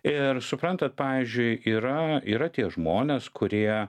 ir suprantat pavyzdžiui yra yra tie žmonės kurie